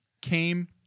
came